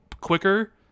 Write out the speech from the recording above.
quicker